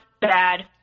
bad